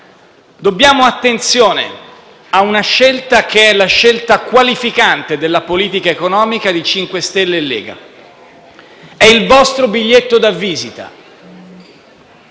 Dobbiamo attenzione a una scelta che è la scelta qualificante della politica economica di cinque stelle e Lega. È il vostro biglietto da visita.